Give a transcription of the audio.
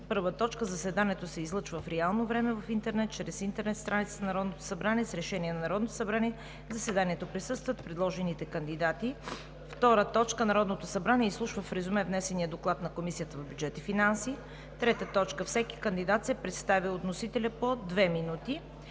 събрание: „1. Заседанието се излъчва в реално време чрез интернет страницата на Народното събрание, с Решение на Народното събрание. На заседанието присъстват предложените кандидати. 2. Народното събрание изслушва в резюме внесения доклад на Комисията по бюджет и финанси. 3. Всеки кандидат се представя от вносителя по две минути.